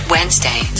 Wednesday